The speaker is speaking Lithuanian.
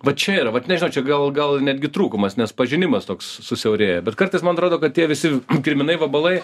va čia yra vat nežinau čia gal gal netgi trūkumas nes pažinimas toks susiaurėja bet kartais man atrodo kad tie visi kirminai vabalai